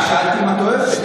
רק שאלתי אם את אוהבת את זה.